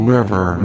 River